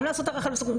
גם לעשות הערכת מסוכנות,